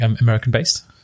American-based